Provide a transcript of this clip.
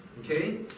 Okay